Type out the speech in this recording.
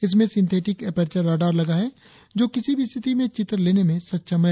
इसमें synthetic aperture radar लगा है जो किसी भी स्थिति में चित्र लेने में सक्षम है